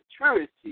maturity